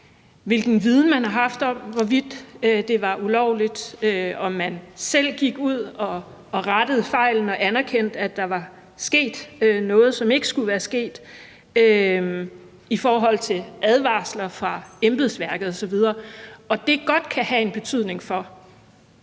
hvilken viden man har haft om, hvorvidt det var ulovligt, og om man selv gik ud og rettede fejlen og anerkendte, at der var sket noget, som ikke skulle være sket, og i forhold til advarsler fra embedsværket osv., og om det ikke godt kan have en betydning for,